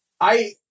I-